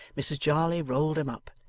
mrs jarley rolled them up,